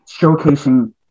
showcasing